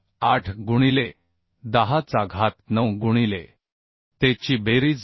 8 गुणिले 10 चा घात 9 गुणिले te ची बेरीज 9